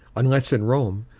unless in rome,